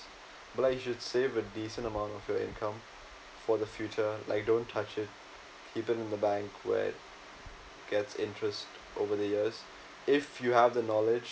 but like you should save a decent amount of your income for the future like don't touch it leave it in the bank where gets interest over the years if you have the knowledge